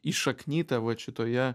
įšaknyta vat šitoje